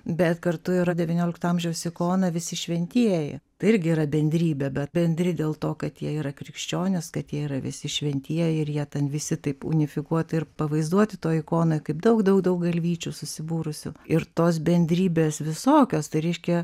bet kartu yra devyniolikto amžiaus ikona visi šventieji tai irgi yra bendrybė bet bendri dėl to kad jie yra krikščionis kad jie yra visi šventieji ir jie ten visi taip unifikuotai ir pavaizduoti toji ikona kaip daug daug daug galvyčių susibūrusių ir tos bendrybės visokios tai reiškia